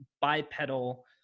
bipedal